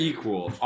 Equal